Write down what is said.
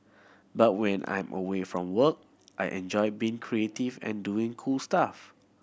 but when I'm away from work I enjoy being creative and doing cool stuff